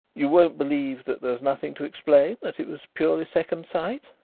you won't believe that there is nothing to explain that it was purely second-sight?